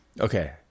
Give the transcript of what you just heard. okay